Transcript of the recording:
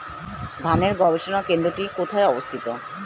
ধানের গবষণা কেন্দ্রটি কোথায় অবস্থিত?